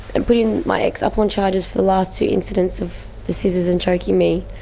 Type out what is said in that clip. and putting my ex up on charges for the last two incidents of the scissors and choking me,